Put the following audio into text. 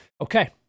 Okay